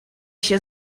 się